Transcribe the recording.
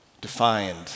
defined